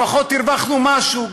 לפחות הרווחנו משהו,